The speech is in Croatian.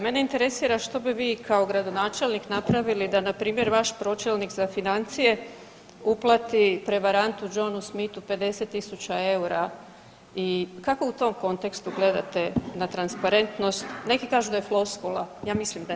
Mene interesira što bi vi kao gradonačelnik napravili da, npr. vaš pročelnik za financije uplati prevarantu Johnu Smithu 50 tisuća eura i kako u tom kontekstu gledate na transparentnost, neki kažu da je floskula, ja mislim da nije.